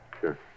sure